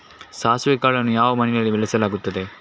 ಸಾಸಿವೆ ಕಾಳನ್ನು ಯಾವ ಮಣ್ಣಿನಲ್ಲಿ ಬೆಳೆಸಲಾಗುತ್ತದೆ?